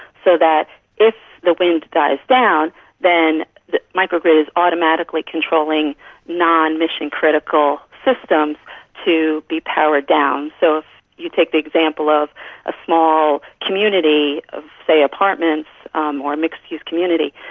so that if the wind dies down then the micro-grid is automatically controlling non-mission-critical systems to be powered down. so if you take the example of a small community of, say, apartments um or mixed use community,